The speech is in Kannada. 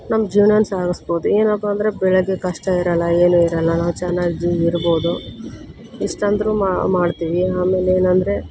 ನಮ್ಮ ಜೀವ್ನಾನ ಸಾಗಿಸ್ಬೋದು ಏನಪ್ಪ ಅಂದರೆ ಬೆಳಗ್ಗೆ ಕಷ್ಟ ಇರೋಲ್ಲ ಏನು ಇರೋಲ್ಲ ನಾವು ಚೆನ್ನಾಗಿ ಜೀ ಇರ್ಬೋದು ಇಷ್ಟಂದ್ರೂ ಮಾಡ್ತೀವಿ ಆಮೇಲೆ ಏನಂದರೆ